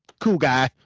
cool guy,